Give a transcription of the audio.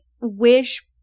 wish